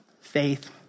Faith